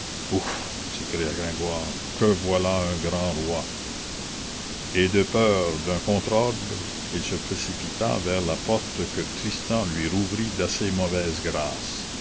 ouf s'écria gringoire que voilà un grand roi et de peur d'un contre ordre il se précipita vers la porte que tristan lui rouvrit d'assez mauvaise grâce